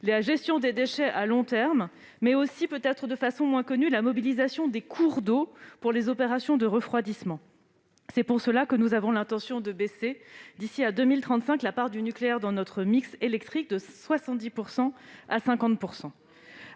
la gestion des déchets à long terme, mais aussi, peut-être de façon peut-être moins connue, la mobilisation des cours d'eau pour les opérations de refroidissement. C'est pour cela que nous avons l'intention de diminuer, d'ici à 2035, la part du nucléaire dans notre mix électrique, de 70 % à 50 %.